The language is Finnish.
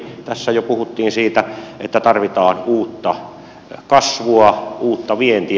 tässä jo puhuttiin siitä että tarvitaan uutta kasvua uutta vientiä